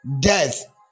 death